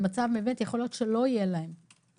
יכול להיות שלא תהיה להם יכולת,